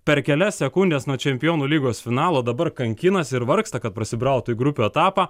per kelias sekundes nuo čempionų lygos finalo dabar kankinasi ir vargsta kad prasibrautų į grupių etapą